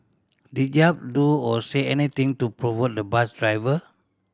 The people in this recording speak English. did Yap do or say anything to provoke the bus driver